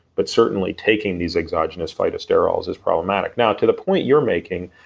but certainly taking these exogenous phytosterols is problematic now to the point you're making,